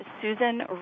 Susan